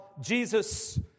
Jesus